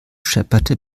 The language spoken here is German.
schepperte